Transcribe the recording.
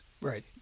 right